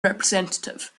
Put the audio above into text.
representative